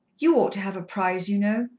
you ought to have a prize, you know,